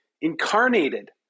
incarnated